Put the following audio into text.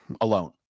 alone